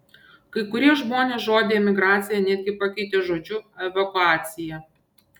kai kurie žmonės žodį emigracija netgi pakeitė žodžiu evakuacija